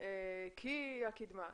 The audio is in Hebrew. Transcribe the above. וזה בשם הקידמה.